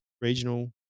regional